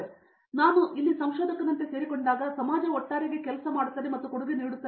ಆದರೆ ಒಮ್ಮೆ ನಾನು ಸಂಶೋಧಕನಂತೆ ಇಲ್ಲಿ ಸೇರಿಕೊಂಡಾಗ ಸಮಾಜವು ಒಟ್ಟಾರೆಯಾಗಿ ಕೆಲಸ ಮಾಡುತ್ತದೆ ಮತ್ತು ಕೊಡುಗೆ ನೀಡುತ್ತದೆ